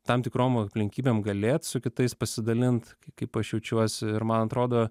tam tikrom aplinkybėm galėt su kitais pasidalint kaip aš jaučiuosi ir man atrodo